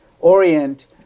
Orient